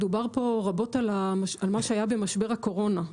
דובר פה רבות על מה שהיה במשבר הקורונה.